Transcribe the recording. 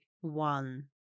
one